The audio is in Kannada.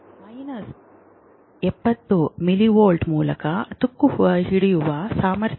ಮೈನಸ್ 70 ಮಿಲಿವೋಲ್ಟ್ ಮೂಲ ತುಕ್ಕು ಹಿಡಿಯುವ ಸಾಮರ್ಥ್ಯವಾಗಿದೆ